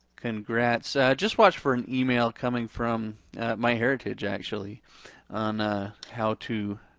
congrats, just watch for an email coming from myheritage actually on how to